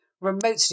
remotely